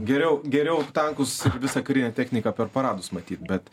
geriau geriau tankus visą karinę techniką per paradus matyt bet